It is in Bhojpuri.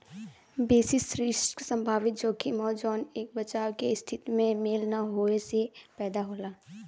बेसिस रिस्क संभावित जोखिम हौ जौन एक बचाव के स्थिति में मेल न होये से पैदा होला